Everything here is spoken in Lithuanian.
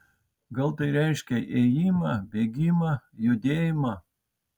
gal tai reiškia ėjimą bėgimą judėjimą